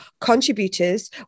contributors